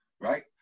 right